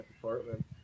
department